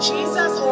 Jesus